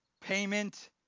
payment